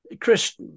Chris